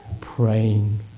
Praying